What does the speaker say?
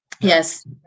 yes